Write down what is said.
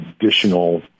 additional